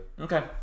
Okay